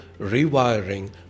rewiring